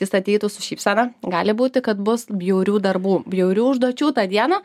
jis ateitų su šypsena gali būti kad bus bjaurių darbų bjaurių užduočių tą dieną